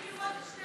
לא נספיק לראות את,